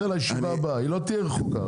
היא לא תהיה רחוקה.